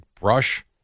brush